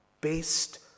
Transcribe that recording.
based